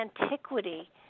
antiquity